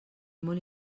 molt